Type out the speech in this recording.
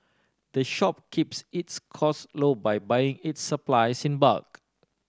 the shop keeps its costs low by buying its supplies in bulk